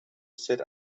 sit